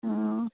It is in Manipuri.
ꯑꯣ